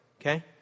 Okay